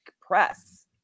press